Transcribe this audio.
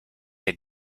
der